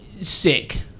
Sick